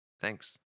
Thanks